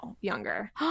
younger